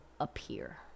appear